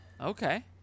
Okay